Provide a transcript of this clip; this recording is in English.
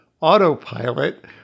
autopilot